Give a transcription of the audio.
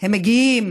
הם מגיעים